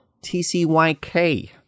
TCYK